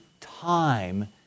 time